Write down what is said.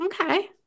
okay